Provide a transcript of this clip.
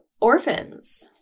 orphans